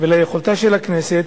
וליכולתה של הכנסת